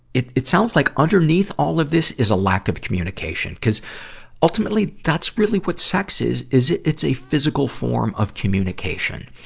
it, it sounds like underneath all of this is a lack of communication, cuz ultimately that's really what sex is, is it, it's a physical form of communication.